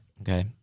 Okay